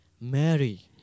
Mary